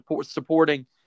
supporting